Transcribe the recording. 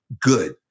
good